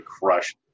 crush